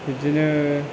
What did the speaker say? बिदिनो